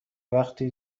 وقتی